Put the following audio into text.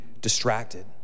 distracted